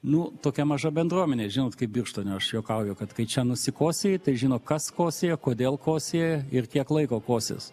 nu tokia maža bendruomenė žinot kaip birštone aš juokauju kad kai čia nusikosėji tai žino kas kosėja kodėl kosėja ir tiek laiko kosės